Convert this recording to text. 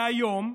והיום,